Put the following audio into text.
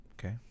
Okay